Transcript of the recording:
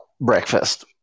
breakfast